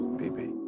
baby